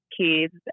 kids